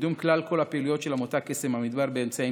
קידום כלל הפעילויות של המותג קסם המדבר באמצעים